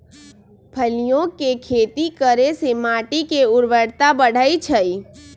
फलियों के खेती करे से माटी के ऊर्वरता बढ़ई छई